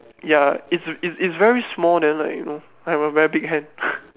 ya it's it's it's very small then like you know I have a very big hand